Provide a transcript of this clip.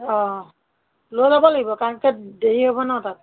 অঁ লৈ ল'ব লাগিব কাৰণ কিয় দেৰি হ'ব ন তাত